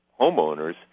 homeowners